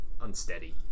unsteady